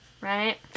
Right